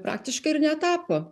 praktiškai ir netapo